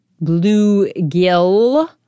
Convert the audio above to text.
bluegill